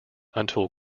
until